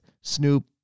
Snoop